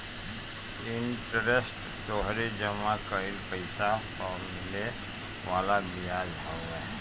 interest तोहरी जमा कईल पईसा पअ मिले वाला बियाज हवे